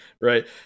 Right